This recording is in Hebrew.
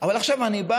אבל עכשיו אני בא